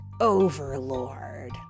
overlord